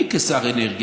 אני, כשר אנרגיה,